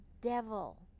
devil